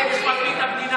רק פרקליט המדינה,